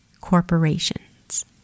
corporations